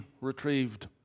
retrieved